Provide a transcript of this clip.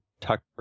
Tucker